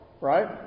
right